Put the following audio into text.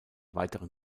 weiteren